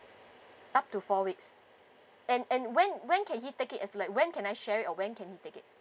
up to four weeks and and when when can he take it as like when can I share it or when can he take it